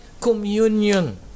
Communion